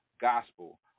gospel